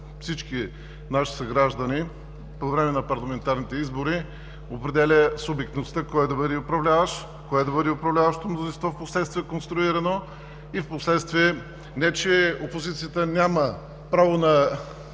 всички наши съграждани по време на парламентарните избори определя субектността кой да бъде управляващ, кое да бъде управляващо мнозинство, впоследствие конструирано. Не че опозицията няма право на